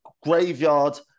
graveyard